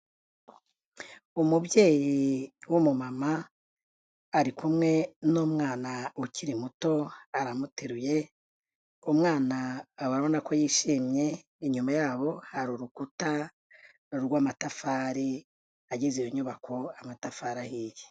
Umubyeyi w'umumama ari kumwe n'umwana ukiri muto aramuteruye, umwana urabona ko yishimye, inyuma yabo hari urukuta rw'amatafari ageze iyo nyubako, amatafari ahiye.